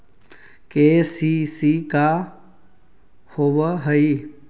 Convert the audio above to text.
KCC का होव हइ?